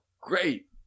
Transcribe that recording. Great